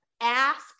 ask